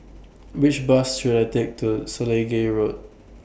Which Bus should I Take to Selegie Road